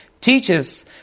teaches